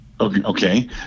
Okay